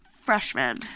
freshman